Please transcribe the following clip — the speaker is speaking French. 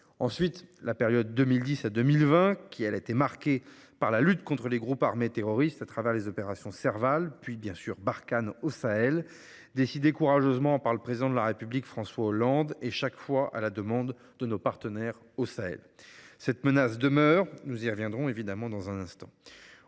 Ensuite, la période de 2010 à 2020 a été marquée par la lutte contre les groupes armés terroristes au travers des opérations Serval et Barkhane au Sahel, qui ont été décidées courageusement par le Président de la République François Hollande, à chaque fois à la demande de nos partenaires au Sahel. Cette menace demeure ; nous y reviendrons. Nous devons ensuite